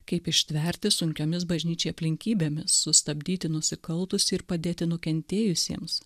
kaip ištverti sunkiomis bažnyčiai aplinkybėmis sustabdyti nusikaltusi ir padėti nukentėjusiems